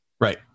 Right